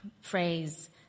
phrase